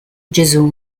gesù